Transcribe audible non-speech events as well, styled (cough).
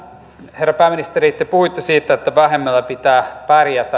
herra pääministeri te puhuitte siitä että vähemmällä pitää pärjätä (unintelligible)